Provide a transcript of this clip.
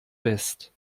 west